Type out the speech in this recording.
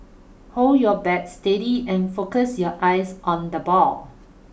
hold your bat steady and focus your eyes on the ball